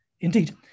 Indeed